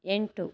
ಎಂಟು